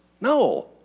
No